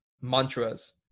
mantras